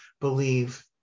believe